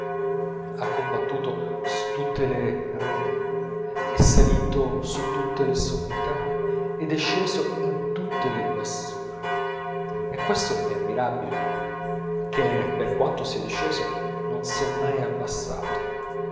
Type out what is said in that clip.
ha combattuto su tutte le arene è salito su tutte le sommità ed è sceso in tutte le bassure e questo è ammirabile in lui che per quanto sia disceso non s'è mai abbassato